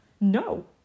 no